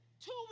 two